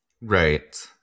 Right